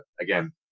again